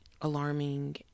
alarming